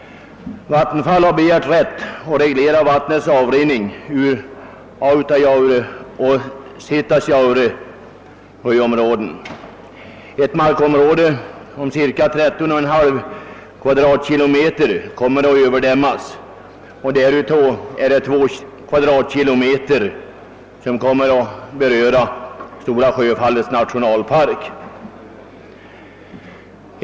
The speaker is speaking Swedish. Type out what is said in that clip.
Vattenfall har begärt rätt att reglera vattnets avrinning ur Autajaure och Satisjaure sjöområden. Ett markområde om cirka 13,5 kvadratkilometer kommer att överdämmas, och därav är det 2 kvadratkilometer som berör Stora Sjöfallets nationalpark.